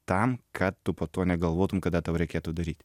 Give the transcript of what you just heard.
tam kad tu po to negalvotum kada tau reikėtų daryt